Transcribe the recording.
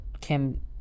Kim